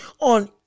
on